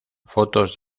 fotos